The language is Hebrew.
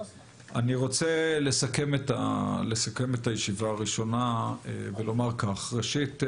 אני רוצה לסכם את הישיבה הראשונה ולומר כך: ראשית,